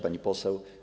Pani Poseł!